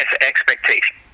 expectation